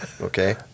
okay